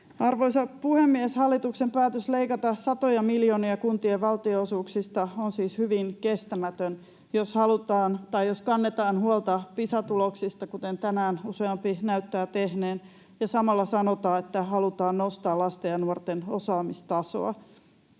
Arvoisa puhemies! Hallituksen päätös leikata satoja miljoonia kuntien valtionosuuksista on siis hyvin kestämätön, jos kannetaan huolta Pisa-tuloksista, kuten tänään useampi näyttää tehneen, ja samalla sanotaan, että halutaan nostaa lasten ja nuorten osaamistasoa.